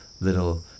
little